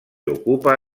ocupa